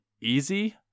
easy